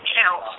count